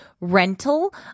rental